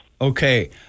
Okay